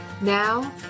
Now